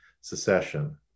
secession